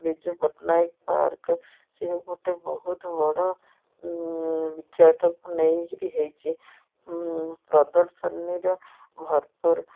Biju Patnaik park ସେ ଗୋଟେ ବହୁତ ବଡ଼ ବିଖ୍ୟାତକୁ ନେଇକିରି ହେଇଛି ପ୍ରଦର୍ଶନୀର ଭରପୁର